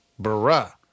bruh